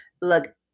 look